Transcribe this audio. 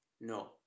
no